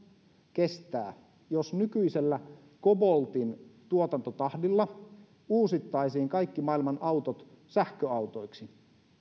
kestää jos nykyisellä koboltin tuotantotahdilla uusittaisiin kaikki maailman autot sähköautoiksi